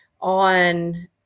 on